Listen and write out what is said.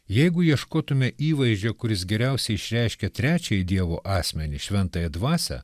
jeigu ieškotume įvaizdžio kuris geriausiai išreiškia trečiąjį dievo asmenį šventąją dvasią